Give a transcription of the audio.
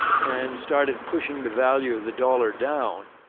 and started pushing the value of the dollar down,